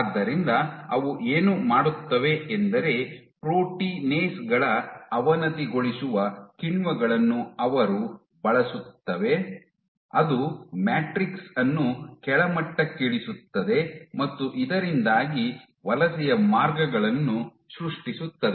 ಆದ್ದರಿಂದ ಅವು ಏನು ಮಾಡುತ್ತವೆ ಎಂದರೆ ಪ್ರೋಟೀನೇಸ್ ಗಳ ಅವನತಿಗೊಳಿಸುವ ಕಿಣ್ವಗಳನ್ನು ಅವರು ಬಳಸುತ್ತವೆ ಅದು ಮ್ಯಾಟ್ರಿಕ್ಸ್ ಅನ್ನು ಕೆಳಮಟ್ಟಕ್ಕಿಳಿಸುತ್ತದೆ ಮತ್ತು ಇದರಿಂದಾಗಿ ವಲಸೆಯ ಮಾರ್ಗಗಳನ್ನು ಸೃಷ್ಟಿಸುತ್ತದೆ